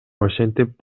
ошентип